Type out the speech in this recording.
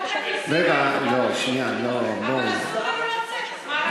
לחוץ-לארץ, אבל אסור לנו לצאת, אז מה נעשה?